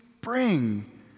bring